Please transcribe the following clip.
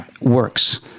works